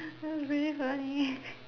that was really funny